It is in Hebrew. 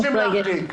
להחריג,